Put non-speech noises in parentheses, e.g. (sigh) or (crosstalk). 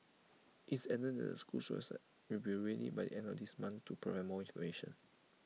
it's added that the school's (unintelligible) will be ready by end this month to provide more information